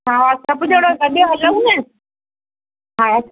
हा सभु ॼणा गॾु हलूं न हा